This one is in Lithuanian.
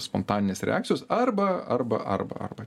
spontaninės reakcijos arba arba arba arba